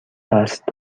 است